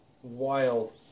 wild